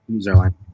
Zerline